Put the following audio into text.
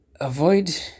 avoid